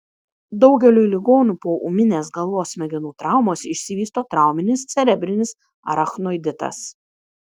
daugeliui ligonių po ūminės galvos smegenų traumos išsivysto trauminis cerebrinis arachnoiditas